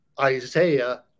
Isaiah